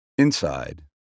Inside